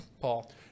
Paul